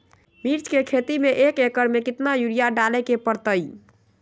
मिर्च के खेती में एक एकर में कितना यूरिया डाले के परतई?